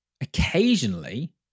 occasionally